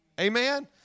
Amen